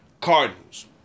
cardinals